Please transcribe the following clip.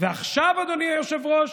ועכשיו אדוני היושב-ראש,